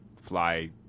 fly